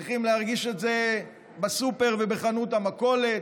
צריכים להרגיש את זה בסופר ובחנות המכולת,